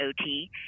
OT